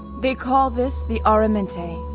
they call this the aramente,